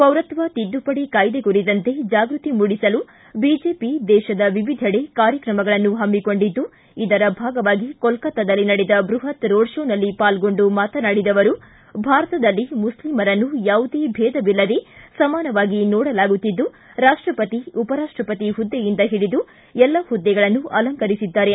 ಪೌರಕ್ಷ ತಿದ್ದುಪಡಿ ಕಾಯ್ದೆ ಕುರಿತಂತೆ ಜಾಗ್ಟಕಿ ಮೂಡಿಸಲು ಬಿಜೆಪಿ ದೇಶದ ವಿವಿಧೆಡೆ ಕಾರ್ಯಕ್ರಮಗಳನ್ನು ಪಮ್ಮಿಕೊಂಡಿದ್ದು ಇದರ ಭಾಗವಾಗಿ ಕೋಲಕತ್ತಾದಲ್ಲಿ ನಡೆದ ಬೃಹತ್ ರೋಡ್ ಶೋನಲ್ಲಿ ಪಾಲ್ಗೊಂಡು ಮಾತನಾಡಿದ ಅವರು ಭಾರತದಲ್ಲಿ ಮುಸ್ಲಿಮರನ್ನು ಯಾವುದೇ ಭೇದವಿಲ್ಲದೇ ಸಮಾನವಾಗಿ ನೋಡಲಾಗುತ್ತಿದ್ದು ರಾಷ್ಟಪತಿ ಉಪರಾಷ್ಟಪತಿ ಹುದ್ದೆಯಿಂದ ಹಿಡಿದು ಎಲ್ಲ ಹುದ್ದೆಗಳನ್ನು ಅಲಂಕರಿಸಿದ್ದಾರೆ